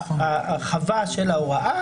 הרחבה של ההוראה,